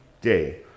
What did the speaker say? day